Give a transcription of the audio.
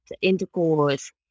intercourse